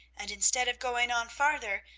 and instead of going on farther,